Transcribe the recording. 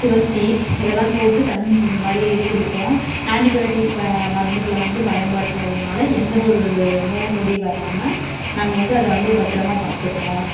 துளசி இதையெல்லாம் போட்டு தண்ணி இந்த மாதிரி குடிப்போம் ஆண்ட்டி பையோட்டிக் இப்போ மருந்துக்களை வந்து பயன்படுத்துறதுனால் எந்த ஒரு நோய் நொடி வராமல் நாங்கள் வந்து அதை வந்து பத்திரமா பார்த்துக்குறோம்